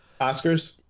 Oscars